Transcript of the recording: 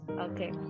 Okay